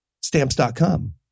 stamps.com